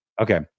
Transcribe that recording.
Okay